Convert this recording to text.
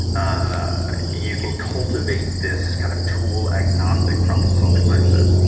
ah you can cultivate this kind of tool agnostic problem solving mindset.